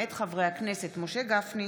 מאת חברי הכנסת משה גפני,